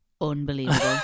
Unbelievable